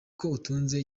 itunze